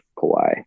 Kauai